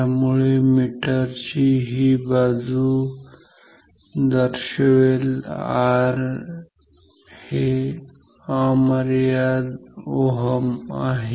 त्यामुळे मीटरची ही बाजू दर्शवेल R हे अमर्याद ∞ Ω आहे